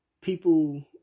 people